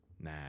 Nah